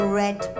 red